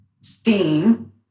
STEAM